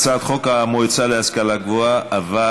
הצעת חוק המועצה להשכלה גבוהה (תיקון מס' 20),